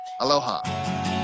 Aloha